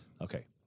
Okay